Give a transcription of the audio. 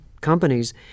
companies